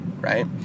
right